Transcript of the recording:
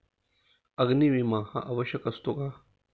अग्नी विमा हा आवश्यक असतो का?